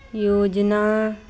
ਯੋਜਨਾ